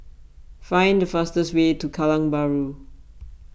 find the fastest way to Kallang Bahru